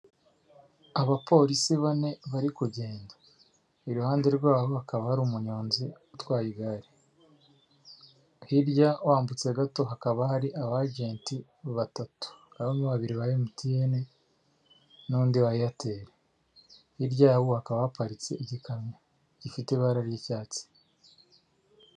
Abapolisi bane bari kugenda iruhande rwabo akaba hari umunyonzi utwaye igare hirya wambutse gato hakaba hari abagenti batatu hakaba harimo babiri ba Emutiyeni n'undi wa Eyateli hirya yabo hakaba haparitse igikamyo gifite ibara ry'icyatsi.